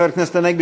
חבר הכנסת הנגבי,